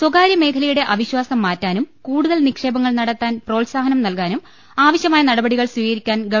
സ്വകാരൃമേഖലയുടെ അവിശ്വാസം മ്മാറ്റാനും കൂടുതൽ നിക്ഷേ പങ്ങൾ നടത്താൻ പ്രോത്സാഹനം ന്ദൽകാനും ആവശ്യമായ നട പടികൾ സ്വീകരിക്കാൻ ഗവ